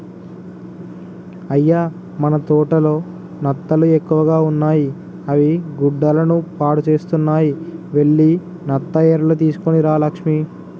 అయ్య మన తోటలో నత్తలు ఎక్కువగా ఉన్నాయి అవి గుడ్డలను పాడుసేస్తున్నాయి వెళ్లి నత్త ఎరలు తీసుకొని రా లక్ష్మి